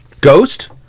Ghost